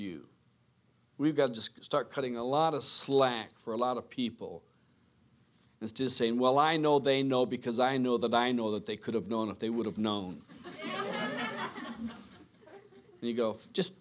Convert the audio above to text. to start cutting a lot of slack for a lot of people and that is saying well i know they know because i know that i know that they could have known if they would have known and you go just